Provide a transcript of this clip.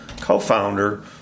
co-founder